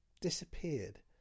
disappeared